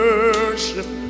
Worship